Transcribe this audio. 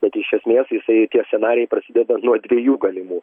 bet iš esmės jisai tie scenarijai prasideda nuo dviejų galimų